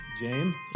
James